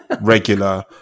regular